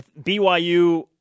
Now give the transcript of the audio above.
BYU